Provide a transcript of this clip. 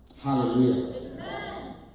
Hallelujah